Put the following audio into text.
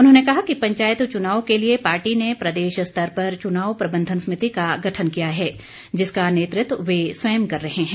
उन्होंने कहा कि पंचायत चुनाव के लिए पार्टी ने प्रदेश स्तर पर चुनाव प्रबंधन समिति का गठन किया है जिसका नेतृत्व वह स्वयं कर रहे हैं